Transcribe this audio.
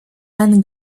anne